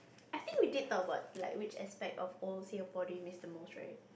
I think we did talk about like which aspect of old Singapore did we miss the most right